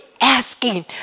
asking